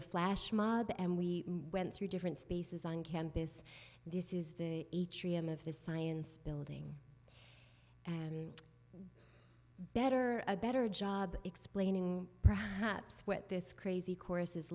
a flash mob and we went through different spaces on campus this is the atrium of this science building and better a better job explaining perhaps what this crazy chorus